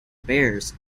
bears